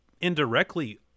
indirectly